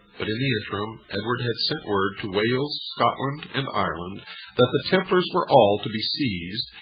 but in the interim, edward had sent word to wales, scotland and ireland that the templars were all to be seized,